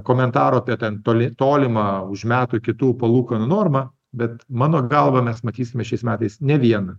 komentarų apie ten toli tolimą už metų kitų palūkanų normą bet mano galva mes matysime šiais metais ne vieną